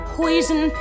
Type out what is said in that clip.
poison